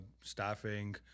staffing